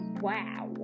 wow